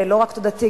לא רק תודתי,